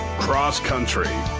cross country.